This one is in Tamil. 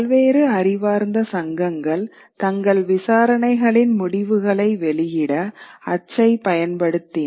பல்வேறு அறிவார்ந்த சங்கங்கள் தங்கள் விசாரணைகளின் முடிவுகளை வெளியிட அச்சை பயன்படுத்த்த்தின